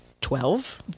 Twelve